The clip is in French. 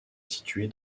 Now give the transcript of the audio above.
située